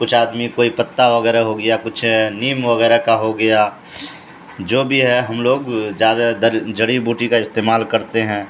کچھ آدمی کوئی پتا وغیرہ ہو گیا کچھ نیم وغیرہ کا ہو گیا جو بھی ہے ہم لوگ زیادہ در جڑی بوٹی کا استعمال کرتے ہیں